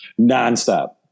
nonstop